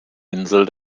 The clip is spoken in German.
insel